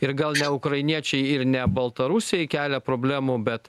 ir gal ne ukrainiečiai ir ne baltarusiai kelia problemų bet